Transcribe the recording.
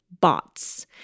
bots